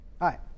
Hi